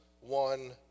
one